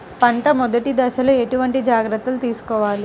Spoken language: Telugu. పంట మెదటి దశలో ఎటువంటి జాగ్రత్తలు తీసుకోవాలి?